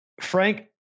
Frank